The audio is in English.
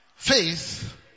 Faith